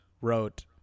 wrote